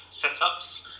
setups